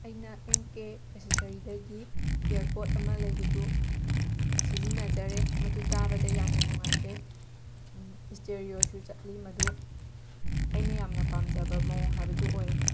ꯑꯩꯅ M K ꯑꯦꯁꯦꯁꯔꯤꯗꯒꯤ ꯏꯌꯔ ꯄꯣꯠ ꯑꯃ ꯂꯩꯕꯗꯨ ꯁꯤꯖꯤꯟꯅꯖꯔꯦ ꯃꯗꯨ ꯇꯥꯕꯗ ꯌꯥꯝꯅ ꯅꯨꯡꯉꯥꯏꯖꯩ ꯁ꯭ꯇꯦꯔꯤꯑꯣꯁꯨ ꯆꯠꯂꯤ ꯃꯗꯨ ꯑꯩꯅ ꯌꯥꯝꯅ ꯄꯥꯝꯖꯕ ꯃꯑꯣꯡ ꯍꯥꯏꯕꯗꯨ ꯑꯣꯏꯔꯦ